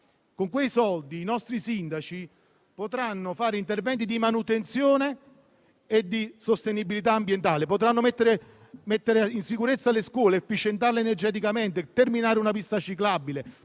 Con quelle risorse, i nostri sindaci potranno fare interventi di manutenzione e di sostenibilità ambientale; potranno mettere in sicurezza le scuole ed efficientarle energeticamente; potranno terminare una pista ciclabile;